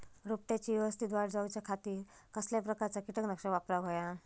रोपट्याची यवस्तित वाढ जाऊच्या खातीर कसल्या प्रकारचा किटकनाशक वापराक होया?